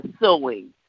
sewing